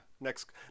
Next